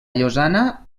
llosana